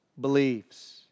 believes